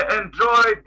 enjoy